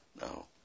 No